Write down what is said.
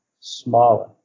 smaller